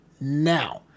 Now